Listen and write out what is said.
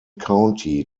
county